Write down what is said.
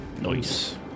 Nice